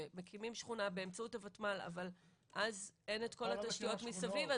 שמקימים שכונה באמצעות הוותמ"ל אבל אז אין את כל התשתיות מסביב,